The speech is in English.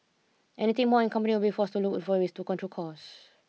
anything more and company will forced to look for ways to control costs